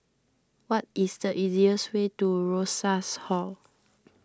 what is the easiest way to Rosas Hall